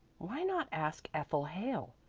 why not ask ethel hale?